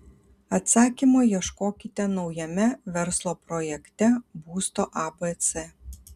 atsakymo ieškokite naujame verslo projekte būsto abc